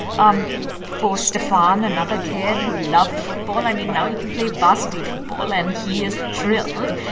um for stefan, another kid who loved football, i mean, now he can play varsity football, and he is thrilled.